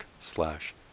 slash